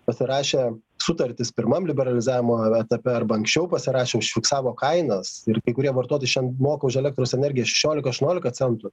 pasirašę sutartis pirmam liberalizavimo etape arba anksčiau pasirašę užfiksavo kainas ir kai kurie vartotojai šian moka už elektros energiją šešiolika aštuoniolika centų